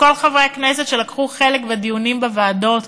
לכל חברי הכנסת שלקחו חלק בדיונים בוועדות,